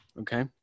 Okay